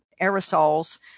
aerosols